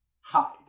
hide